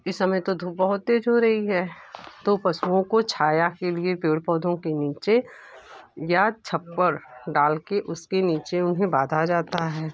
इस समय तो धूप बहुत तेज हो रही है तो पशुओं को छाया के लिए पेड़ पौधों के नीचे यह छप्पर डालके उसके नीचे उन्हें बांधा जाता है